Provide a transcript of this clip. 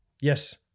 Yes